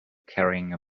carrying